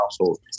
household